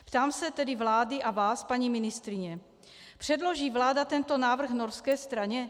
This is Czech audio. Ptám se tedy vlády a vás, paní ministryně: Předloží vláda tento návrh norské straně?